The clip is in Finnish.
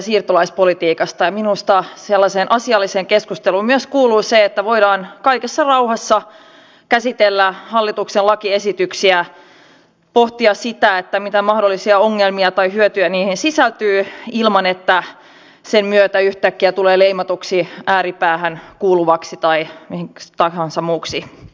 minusta sellaiseen asialliseen keskusteluun kuuluu myös se että voidaan kaikessa rauhassa käsitellä hallituksen lakiesityksiä pohtia mitä mahdollisia ongelmia tai hyötyjä niihin sisältyy ilman että sen myötä yhtäkkiä tulee leimatuksi ääripäähän kuuluvaksi tai miksi tahansa muuksi